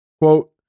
quote